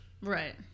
Right